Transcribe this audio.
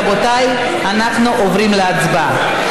רבותיי, אנחנו עוברים להצבעה.